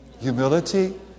humility